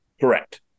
Correct